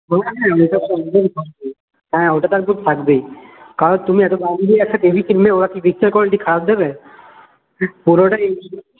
বললাম না ওটা তো একদম থাকবেই হ্যাঁ ওটা তো একদম থাকবেই কারণ তুমি এতো দাম দিয়ে একটা টিভি কিনবে ওরা কি পিকচার কোয়ালিটি খারাপ দেবে পুরোটাই এইচডি